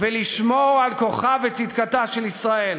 ולשמור על כוחה וצדקתה של ישראל.